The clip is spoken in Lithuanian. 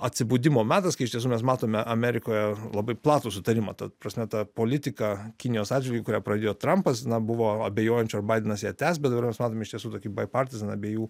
atsibudimo metas kai iš tiesų mes matome amerikoje labai platų sutarimą ta prasme tą politiką kinijos atžvilgiu kurią pradėjo trampas na buvo abejojančių ar badenas ją tęs bet dabar mes matome iš tiesų tokį bai partizan abiejų